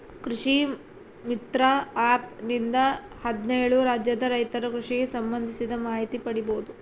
ಕೃಷಿ ಮಿತ್ರ ಆ್ಯಪ್ ನಿಂದ ಹದ್ನೇಳು ರಾಜ್ಯದ ರೈತರು ಕೃಷಿಗೆ ಸಂಭಂದಿಸಿದ ಮಾಹಿತಿ ಪಡೀಬೋದು